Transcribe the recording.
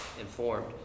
informed